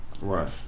Right